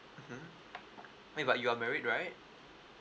mmhmm but you are married right